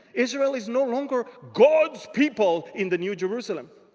israel is no longer god's people in the new jerusalem.